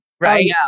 Right